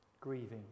grieving